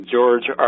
George